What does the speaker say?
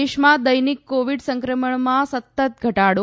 દેશમાં દૈનિક કોવિડ સંક્રમણમાં સતત ઘટાડો